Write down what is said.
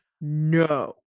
No